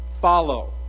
Follow